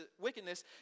wickedness